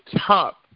top